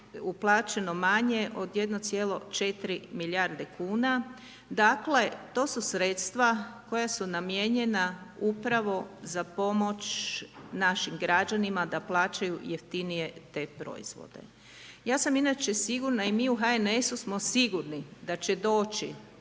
uplaćen manje od 1,4 milijarde kuna, dakle, to su sredstva, koja su namijenjena upravo za pomoć našim građanima, da plaćaju jeftinije te proizvode. Ja sam inače sigurna i mi u HNS-u smo sigurni da će doći